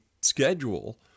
schedule